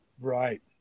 Right